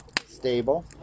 stable